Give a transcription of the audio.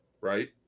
right